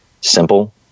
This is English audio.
simple